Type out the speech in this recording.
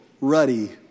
ruddy